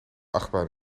achtbaan